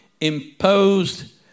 imposed